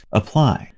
apply